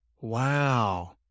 Wow